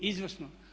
Izvrsno!